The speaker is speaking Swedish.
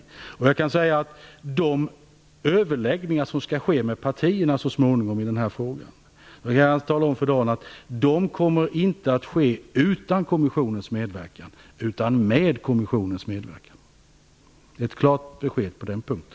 Jag vill tala om för Dan Ericsson att de överläggningar som skall ske med partierna så småningom i den här frågan inte kommer att ske utan kommissionens medverkan, utan med kommissionens medverkan. Det är ett klart besked på den punkten.